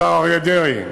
השר אריה דרעי,